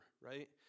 right